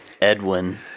edwin